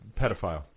pedophile